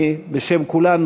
בשם כולנו,